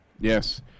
Yes